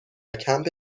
کمپ